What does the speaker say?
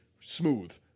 smooth